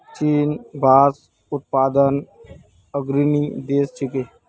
चीन बांस उत्पादनत अग्रणी देश छिके